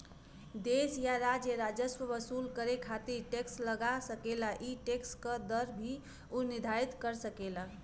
देश या राज्य राजस्व वसूल करे खातिर टैक्स लगा सकेला ई टैक्स क दर भी उ निर्धारित कर सकेला